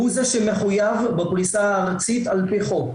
הוא זה שמחויב בפריסה הארצית על פי חוק,